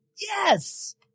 Yes